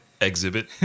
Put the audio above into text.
exhibit